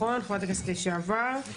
חברת הכנסת לשעבר,